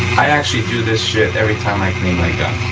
i actually do this shit every time i clean my gun.